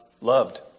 Loved